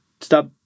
stop